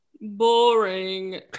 boring